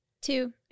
two